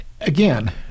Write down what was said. again